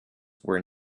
were